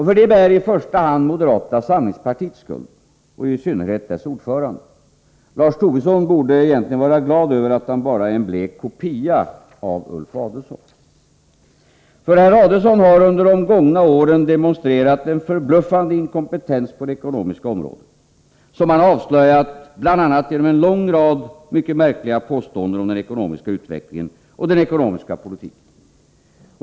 För detta bär i första hand moderata samlingspartiet skulden — och i synnerhet dess ordförande. Lars Tobisson borde egentligen vara glad över att han bara är en blek kopia av Ulf Adelsohn. Herr Adelsohn har under de gångna åren demonstrerat en förbluffande inkompetens på det ekonomiska området, som han avslöjat bl.a. genom en lång rad märkliga påståenden om den ekonomiska utvecklingen och den ekonomiska politiken.